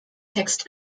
text